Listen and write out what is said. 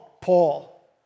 Paul